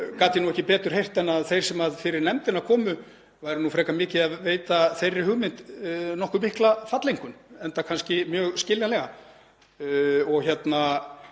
gat ég ekki betur heyrt en að þeir sem fyrir nefndina komu væru nú frekar mikið að veita þeirri hugmynd nokkuð mikla falleinkunn, enda kannski mjög skiljanlega. Þetta